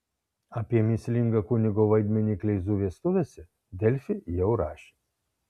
apie mįslingą kunigo vaidmenį kleizų vestuvėse delfi jau rašė